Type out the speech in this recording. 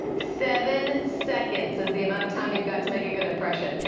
seven seconds is the amount of time you've got to make a good impression.